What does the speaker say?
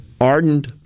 ardent